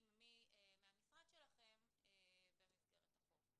עם מי מהמשרד שלכם במסגרת החוק.